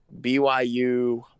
BYU